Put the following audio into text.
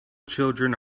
children